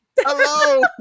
Hello